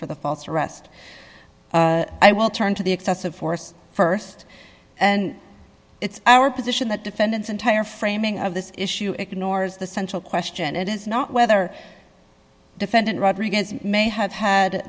for the false arrest i will turn to the excessive force st and it's our position that defendants entire framing of this issue ignores the central question it is not whether defendant rodriguez may have had